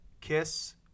kiss